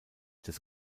des